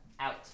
Out